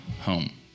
home